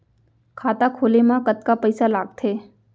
खाता खोले मा कतका पइसा लागथे?